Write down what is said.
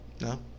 No